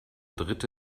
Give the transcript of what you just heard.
dritte